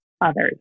others